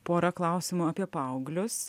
pora klausimų apie paauglius